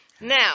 Now